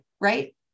right